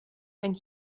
ein